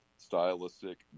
stylistic